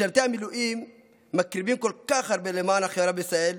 משרתי המילואים מקריבים כל כך הרבה למען החברה בישראל,